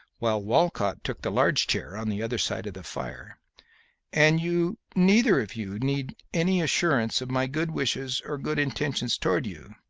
while walcott took the large chair on the other side of the fire and you neither of you need any assurance of my good wishes or good intentions towards you